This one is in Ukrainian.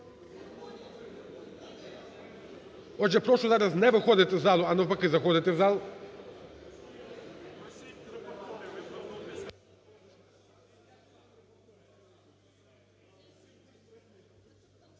Отже, прошу зараз не виходити із залу, а навпаки заходити в зал.